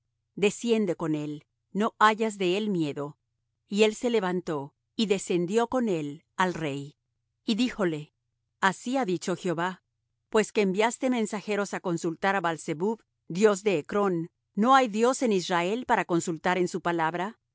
desciende con él no hayas de él miedo y él se levantó y descendió con él al rey y díjole así ha dicho jehová pues que enviaste mensajeros á consultar á baal zebub dios de ecrón no hay dios en israel para consultar en su palabra